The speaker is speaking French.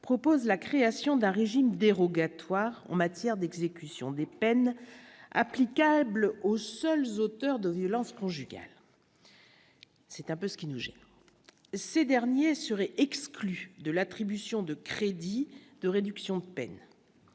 propose la création d'un régime dérogatoire en matière d'exécution des peines applicables aux seuls auteurs de violences conjugales, c'est un peu ce qui ne gère ces derniers seraient exclus de l'attribution de crédits de réduction de peine